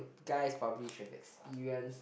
guys probably should have experienced